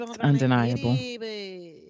undeniable